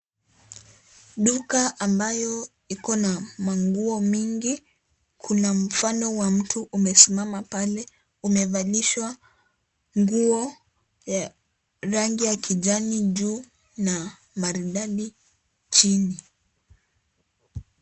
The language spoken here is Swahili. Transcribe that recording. Duka ambayo iko na manguo mingi, kuna mfano wa mtu umesimama pale umevalishwa nguo ya rangi ya kijani juu na maridadi chini.